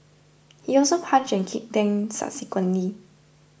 he also punched and kicked them subsequently